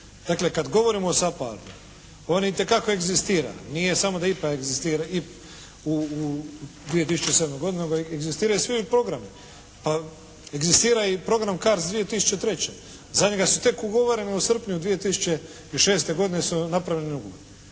Dakle, kada govorimo o SAPARD-u on itekako egzistira, nije samo da IPA egzistira u 2007. godini, nego egzistiraju i svi programi. Pa egzistira i program CARDS 2003. Za njega su tek ugovorene u srpnju 2006. godine su napravljeni ugovori.